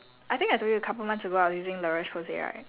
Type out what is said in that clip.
ya so like for for myself right um